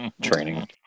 training